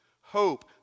hope